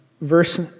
verse